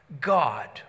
God